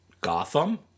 Gotham